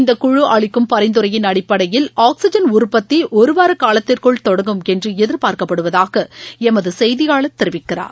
இந்தக்குழுஅளிக்கும் பரிந்துரையின் அடிப்படையில் ஆக்சிஜன் உற்பத்திஒருவாரகாலத்திற்குள் தொடங்கும் என்றுஎதிர்பார்க்கப்படுவதாகஎமதுசெய்தியாளர் தெரிவிக்கிறார்